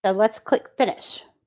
but let's click finish